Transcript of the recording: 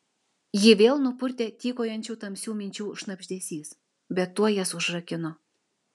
jį vėl nupurtė tykojančių tamsių minčių šnabždesys bet tuoj jas užrakino